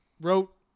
wrote